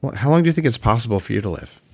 how long do you think it's possible for you to live?